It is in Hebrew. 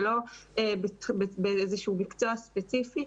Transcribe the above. זה לא באיזשהו מקצוע ספציפי,